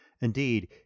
Indeed